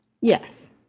Yes